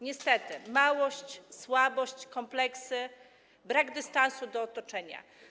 Niestety, małość, słabość, kompleksy, brak dystansu do otoczenia.